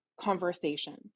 conversation